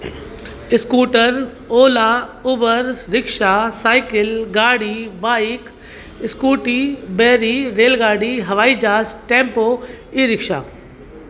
scooter Ola Uber rickshaw cycle गाड़ी bike scooty बैरी rail गाॾी हवाई जहाज टैम्पो ई रिक्शा